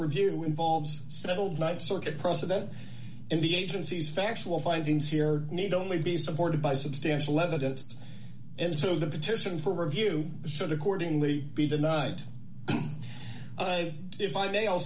review involves settled night circuit president and the agency's factual findings here need only be supported by substantial evidence and so the petition for review should accordingly be denied if i may i'll